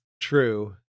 true